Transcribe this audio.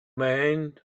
man